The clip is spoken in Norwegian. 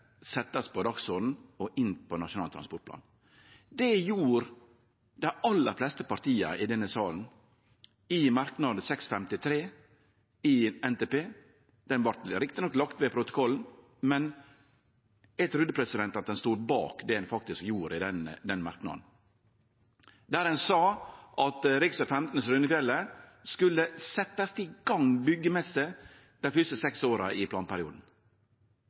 på dagsordenen og verte teken inn i Nasjonal transportplan. Det gjorde dei aller fleste partia i denne salen, i merknad til Innst. 653 S for 2020–2021, om NTP. Det vart rett nok lagt ved protokollen, men eg trudde at ein stod bak det ein faktisk gjorde i den merknaden, der ein sa at ein skulle setje i gang bygging av rv. 15 Strynefjellet i løpet av dei fyrste seks åra i planperioden.